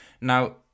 Now